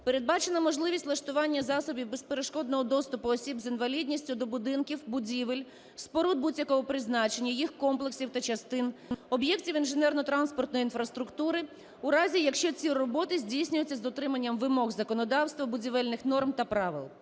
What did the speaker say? Передбачено можливість влаштування засобів безперешкодного доступу осіб з інвалідністю до будинків, будівель, споруд будь-якого призначення, їх комплексів та частин, об'єктів інженерно-транспортної інфраструктури у разі, якщо ці роботи здійснюються з дотриманням вимог законодавства, будівельних норм та правил.